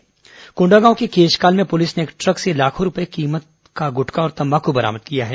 कोंडागांव के केशकाल में पुलिस ने एक ट्रक से लाखों रूपए की कीमत का गुटखा और तम्बाकू बरामद किया है